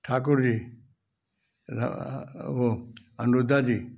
ठाकुर जी वो अनुरुद्धा जी